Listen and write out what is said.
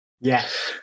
yes